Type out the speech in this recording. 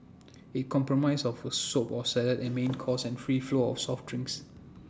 IT compromise of A soup or salad A main course and free flow of soft drinks